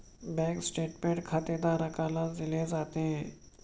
bank statement खातेधारकालाच दिले जाते